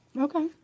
Okay